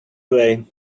way